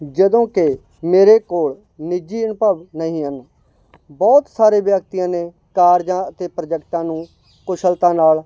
ਜਦੋਂ ਕਿ ਮੇਰੇ ਕੋਲ ਨਿੱਜੀ ਅਨੁਭਵ ਨਹੀਂ ਹਨ ਬਹੁਤ ਸਾਰੇ ਵਿਅਕਤੀਆਂ ਨੇ ਕਾਰਜਾਂ ਅਤੇ ਪ੍ਰੋਜੈਕਟਾਂ ਨੂੰ ਕੁਸ਼ਲਤਾ ਨਾਲ